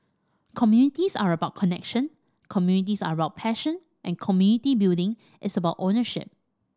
communities are about connection communities are about passion and community building is about ownership